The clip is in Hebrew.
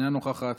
אינה נוכחת,